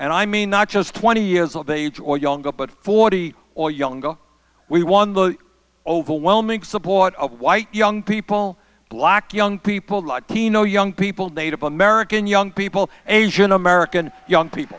and i mean not just twenty years of age or younger but forty or younger we won the overwhelming support of white young people black young people latino young people native american young people asian american young people